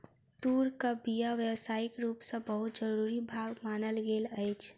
तूरक बीया व्यावसायिक रूप सॅ बहुत जरूरी भाग मानल गेल अछि